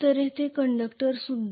तर येथे कंडक्टरसुद्धा